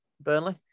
Burnley